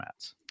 formats